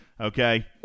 Okay